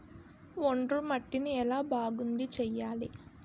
ఒండ్రు మట్టిని ఎలా బాగుంది చేయాలి?